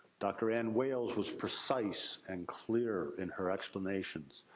dr. ann wales was precise and clear in her explanations.